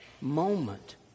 moment